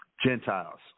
Gentiles